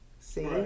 See